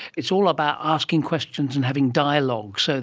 it's all about asking questions and having dialogues, so